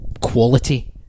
quality